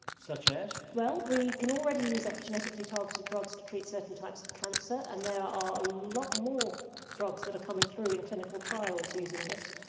such as? well, we can already use epigenetically targeted drugs to treat certain types of cancer, and there are a lot more drugs that are coming through in clinical trials using this.